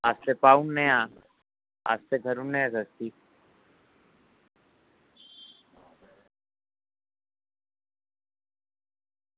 अस पाई ओड़ने आं अस करी ओड़ने आं सस्ती